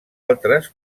altres